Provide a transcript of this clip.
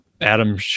Adam